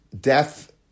death